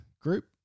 group